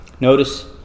Notice